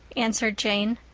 answered jane.